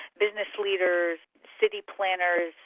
business leaders, city planners,